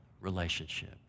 relationship